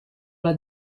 alla